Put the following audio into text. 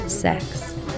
Sex